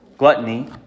Gluttony